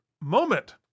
moment